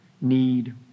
need